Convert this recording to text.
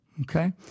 Okay